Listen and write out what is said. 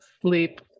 sleep